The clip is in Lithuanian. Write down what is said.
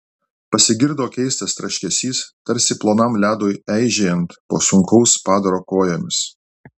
pasigirdo keistas traškesys tarsi plonam ledui eižėjant po sunkaus padaro kojomis